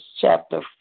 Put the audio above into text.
chapter